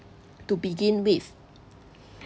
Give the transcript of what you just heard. to begin with